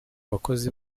bakozi